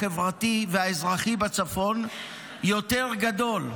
החברתי והאזרחי בצפון יותר גדול,